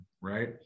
right